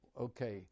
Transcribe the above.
Okay